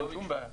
אין שום בעיה.